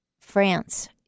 France